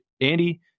Andy